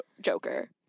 Joker